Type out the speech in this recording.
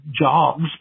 jobs